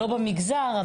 לא במגזר,